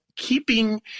Keeping